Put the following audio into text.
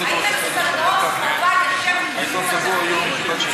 האם הן סדנאות חובה לשם חיזוק התפקיד?